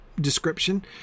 description